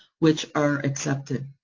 which are accepted.